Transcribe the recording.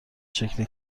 شکل